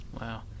wow